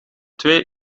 twee